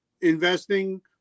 investing